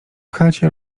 chacie